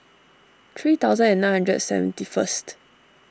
three thousand and nine hundred seventy first